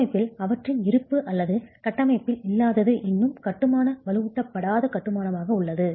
கட்டமைப்பில் அவற்றின் இருப்பு அல்லது கட்டமைப்பில் இல்லாதது இன்னும் கட்டுமானம் வலுவூட்டப்படாத கட்டுமானமாக உள்ளது